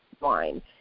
line